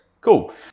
Cool